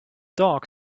dog